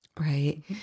right